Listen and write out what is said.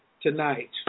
tonight